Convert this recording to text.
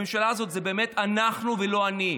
הממשלה הזאת זה באמת "אנחנו" ולא "אני".